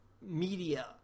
media